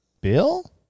bill